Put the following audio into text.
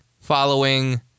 following